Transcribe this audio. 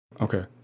Okay